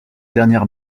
dernière